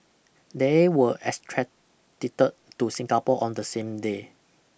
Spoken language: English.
they were extradited to Singapore on the same day